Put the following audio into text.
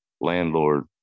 landlord